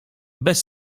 bez